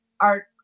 art